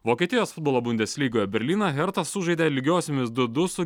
vokietijos futbolo bundeslygoje berlyno hertas sužaidė lygiosiomis du du su